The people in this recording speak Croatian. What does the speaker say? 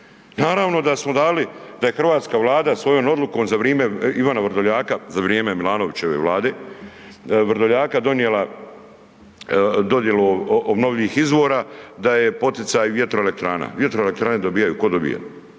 naravno da smo dali da je Hrvatska vlada svojom odlukom za vrime Ivana Vrdoljaka, za vrijeme Milanovićeve vlade, Vrdoljaka donijela dodjelu obnovljivih izvora, da je poticaj vjetroelektrana, vjetroelektrane dobijaju tko dobija,